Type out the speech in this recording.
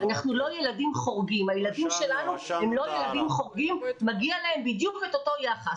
הילדים שלנו הם לא ילדים חורגים ומגיע להם את אותו היחס.